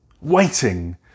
waiting